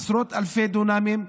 עשרות אלפי דונמים,